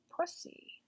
pussy